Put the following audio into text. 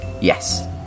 yes